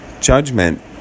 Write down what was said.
judgment